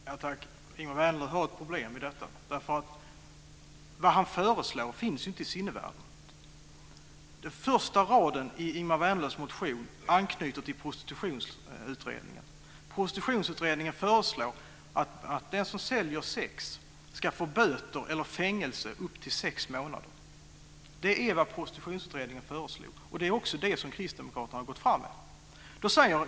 Fru talman! Ingemar Vänerlöv har ett problem här. Det han föreslår finns inte i sinnevärlden. Den första raden i Ingemar Vänerlövs motion anknyter till Prostitutionsutredningen. Prostitutionsutredningen föreslår att den som säljer sex ska få böter eller fängelse i upp till sex månader. Det är vad Prostitutionsutredningen föreslår, och det är också det som Kristdemokraterna har gått ut med.